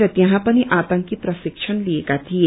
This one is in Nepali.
र त्यहाँ पनि आतंकी प्रशिक्षण लिएका थिए